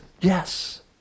yes